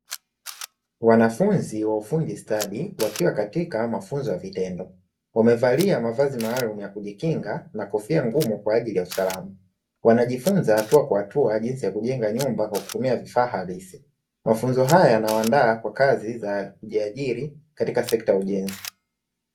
Wanafunzi wa ufundi stadi, wakiwa katika mafunzo ya vitendo, wamevalia mavazi maalumu ya kujikinga na kofia ngumu kwa ajili ya usalama. Wanajifunza hatua kwa hatua jinsi ya kujenga nyumba kwa kutumia vifaa halisi. Mafunzo haya yanawaandaa kwa kazi za kujiajiri katika sekta ya ujenzi.